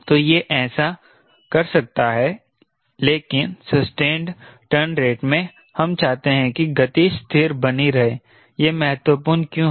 तो यह ऐसा कर सकता है लेकिन सस्टेंड टर्न रेट में हम चाहते हैं कि गति स्थिर बनी रहे यह महत्वपूर्ण क्यों है